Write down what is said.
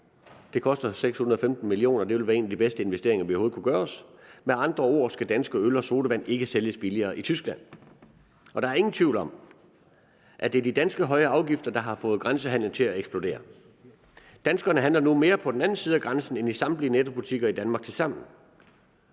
Det koster 615 mio. kr., og det vil være en af de bedste investeringer, vi overhovedet kunne gøre os. Med andre ord skal danske øl og sodavand ikke sælges billigere i Tyskland. Der er ingen tvivl om, at det er de danske høje afgifter, der har fået grænsehandelen til at eksplodere. Danskerne handler nu mere på den anden side af grænsen end i samtlige NETTO-butikker i Danmark tilsammen.